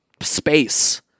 space